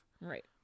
right